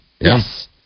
Yes